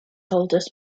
holders